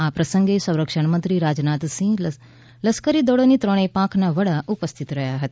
આ પ્રસંગે સંરક્ષણ મંત્રી રાજનાથસિંહ લશ્કરી દળોની ત્રણેય પાંખના વડા ઉપસ્થિત રહ્યા હતા